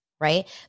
right